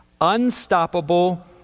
unstoppable